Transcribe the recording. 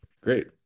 Great